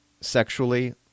sexually